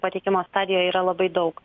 pateikimo stadijoj yra labai daug